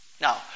Now